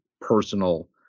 personal